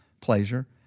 pleasure